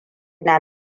na